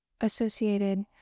associated